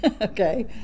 Okay